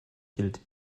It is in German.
gilt